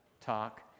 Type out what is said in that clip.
talk